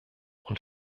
und